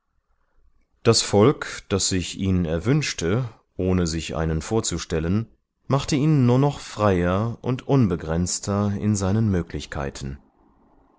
das volk das sich ihn erwünschte ohne sich einen vorzustellen machte ihn nur noch freier und unbegrenzter in seinen möglichkeiten